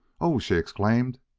oh! she exclaimed.